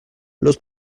los